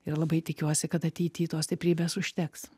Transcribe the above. ir labai tikiuosi kad ateity tos stiprybės užteks